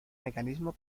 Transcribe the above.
mecanismo